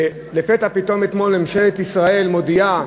ולפתע פתאום אתמול ממשלת ישראל מודיעה: